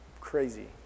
Crazy